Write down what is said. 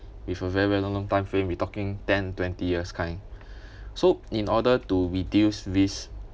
with a very long long time frame we're talking ten twenty years kind so in order to reduce risk